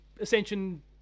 Ascension